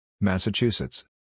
Massachusetts